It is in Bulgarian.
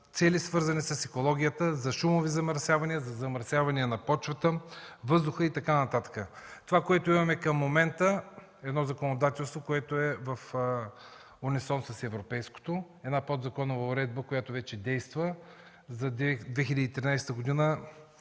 цели, свързани с екологията, за шумови замърсявания, за замърсявания на почвата, въздуха и така нататък. Това, което имаме към момента, е едно законодателство, което е в унисон с европейското, една подзаконова уредба, която вече действа. За 2013 г.